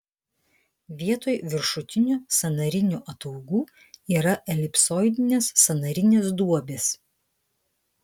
vietoj viršutinių sąnarinių ataugų yra elipsoidinės sąnarinės duobės